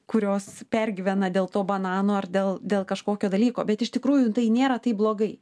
kurios pergyvena dėl to banano ar dėl dėl kažkokio dalyko bet iš tikrųjų tai nėra taip blogai